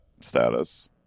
status